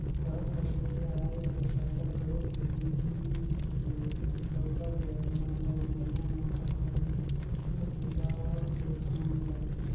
सहर कती आए के सरलग कइयो किसिम ले डउका जाएत मन अउ महिला मन अपल हिसाब ले काम में लगथें